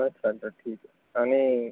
अच्छा अच्छा ठीक आहे आणि